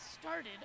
started